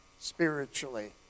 spiritually